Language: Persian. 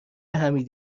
حمید